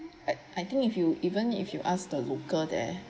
I I think if you even if you ask the local there